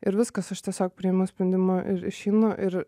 ir viskas aš tiesiog priėmiau sprendimą ir išeinu ir